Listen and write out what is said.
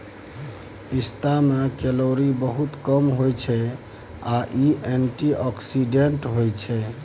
पिस्ता मे केलौरी बहुत कम होइ छै आ इ एंटीआक्सीडेंट्स होइ छै